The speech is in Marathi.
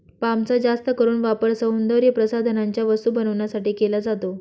पामचा जास्त करून वापर सौंदर्यप्रसाधनांच्या वस्तू बनवण्यासाठी केला जातो